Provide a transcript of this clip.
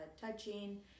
touching